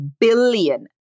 billion